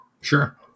Sure